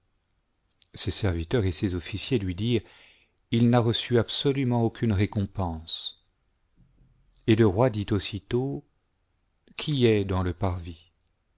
ses serviteurs et ses officiers lui dirent il n'a reçu absolument aucune récompense et le roi dit aussitôt qui est dans le parvis